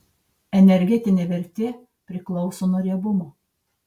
energinė vertė priklauso nuo riebumo